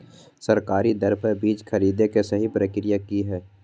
सरकारी दर पर बीज खरीदें के सही प्रक्रिया की हय?